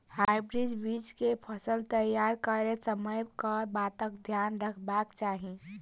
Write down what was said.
Hybrid बीज केँ फसल तैयार करैत समय कऽ बातक ध्यान रखबाक चाहि?